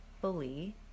fully